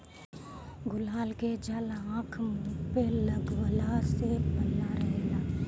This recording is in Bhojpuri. गुलाब के जल आँख, मुंह पे लगवला से पल्ला रहेला